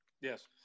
yes